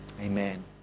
Amen